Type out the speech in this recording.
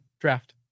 draft